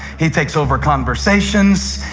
he takes over conversations.